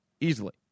Easily